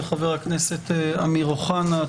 וחבר הכנסת אמיר אוחנה.